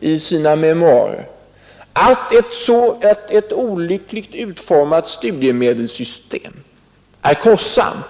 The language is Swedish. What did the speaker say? i memoarerna att ett olyckligt utformat studiemedelssystem är kostsamt